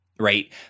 right